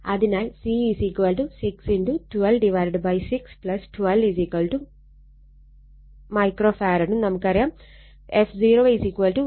അതിനാൽ C 6 126 12മൈക്രോ ഫാരഡും